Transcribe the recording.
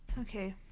Okay